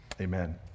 Amen